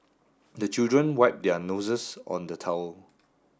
the children wipe their noses on the towel